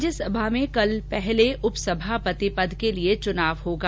राज्यसभा में कल पहले उपसभापति पद के लिए चुनाव होगा